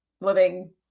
living